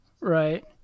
Right